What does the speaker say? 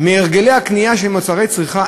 מהרגלי הקנייה של מוצרי צריכה,